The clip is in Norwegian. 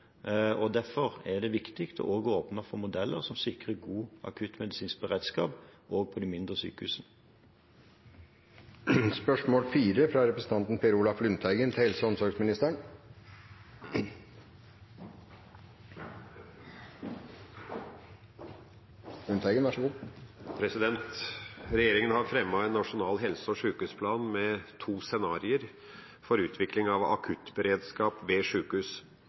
og nærhet er også en kvalitet. Derfor er det viktig å åpne for modeller som sikrer god akuttmedisinsk beredskap også på de mindre sykehusene. «Regjeringen har fremmet en nasjonal helse- og sykehusplan med to 'scenarier' for utvikling av akuttberedskap ved